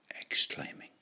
exclaiming